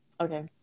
okay